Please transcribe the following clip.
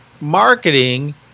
marketing